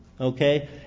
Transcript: okay